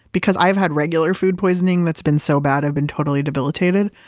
because i've had regular food poisoning that's been so bad i've been totally debilitated.